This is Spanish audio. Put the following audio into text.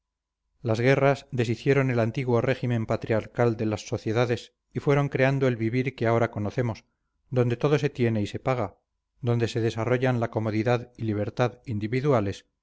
las guerras deshicieron el antiguo régimen patriarcal de las sociedades y fueron creando el vivir que ahora conocemos donde todo se tiene y se paga donde se desarrollan la comodidad y libertad individuales